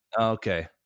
Okay